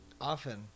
often